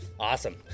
awesome